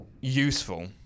useful